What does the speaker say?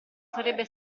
sarebbe